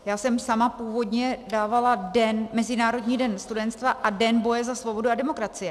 Já jsem sama původně dávala Mezinárodní den studenstva a Den boje za svobodu a demokracii.